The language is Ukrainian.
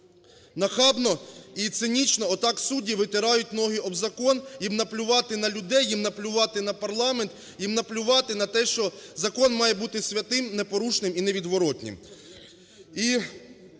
нахабно і цинічно отак судді витирають ноги об закон. Їм наплювати на людей, їм наплювати на парламент, їм наплювати на те, що закон має бути святим, непорушним і невідворотним.